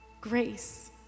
grace